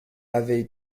avaient